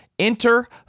Enter